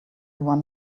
one